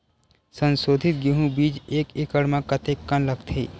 संसोधित गेहूं बीज एक एकड़ म कतेकन लगथे?